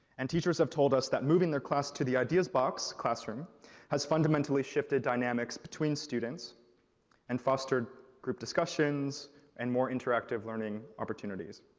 and teachers have told us that moving their class to the ideas box classroom has fundamentally shifted dynamics between students and fostered group discussions and more interactive learning opportunities.